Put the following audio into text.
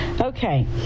Okay